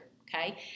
okay